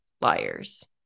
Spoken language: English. liars